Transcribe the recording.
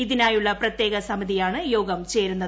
ഇതിനായുള്ള പ്രത്യേക സമിതിയാണ് യോഗം ചേരുന്നത്